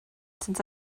since